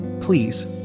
Please